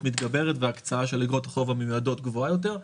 מתגברת וההקצאה של איגרות החוב המיועדות גבוהה יותר.